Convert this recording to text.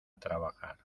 trabajar